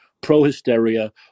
pro-hysteria